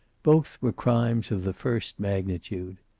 both were crimes of the first magnitude.